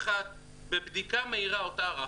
1. "בבדיקה מהירה אותה ערכנו,